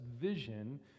vision